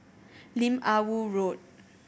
Lim Ah Woo Road